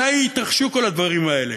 מתי יתרחשו כל הדברים האלה?